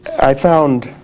i found